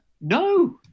No